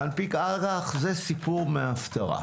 להנפיק אג"ח זה סיפור מההפטרה.